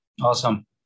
Awesome